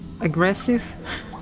Aggressive